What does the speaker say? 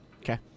Okay